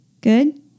Good